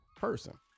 person